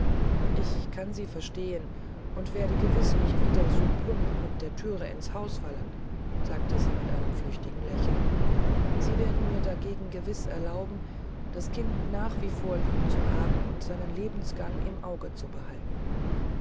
ich kann sie verstehen und werde gewiß nicht wieder so plump mit der thüre ins haus fallen sagte sie mit einem flüchtigen lächeln sie werden mir dagegen gewiß erlauben das kind nach wie vor lieb zu haben und seinen lebensgang im auge zu behalten